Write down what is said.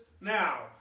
now